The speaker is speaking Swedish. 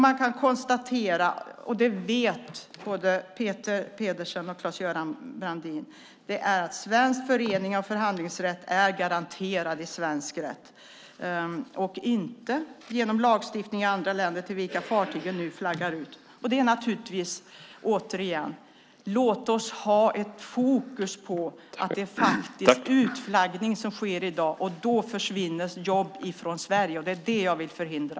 Man kan konstatera, och det vet både Peter Pedersen och Claes-Göran Brandin, att svensk förenings och förhandlingsrätt är garanterad i svensk rätt och inte genom lagstiftning i andra länder till vilka fartygen nu flaggas ut. Återigen: Låt oss ha fokus på att det faktiskt är utflaggning som sker i dag. Då försvinner jobb från Sverige, och det är det jag vill förhindra.